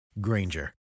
Granger